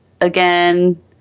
again